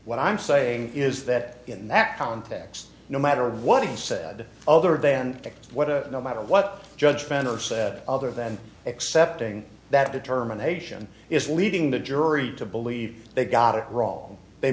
what i'm saying is that in that context no matter what he said other than what or no matter what judge fenner said other than accepting that determination is leading the jury to believe they got it wrong they